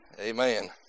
Amen